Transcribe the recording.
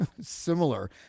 similar